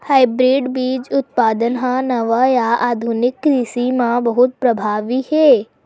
hybrid बीज उत्पादन हा नवा या आधुनिक कृषि मा बहुत प्रभावी हे